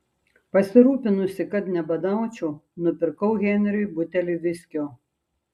pasirūpinusi kad nebadaučiau nupirkau henriui butelį viskio